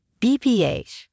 BPH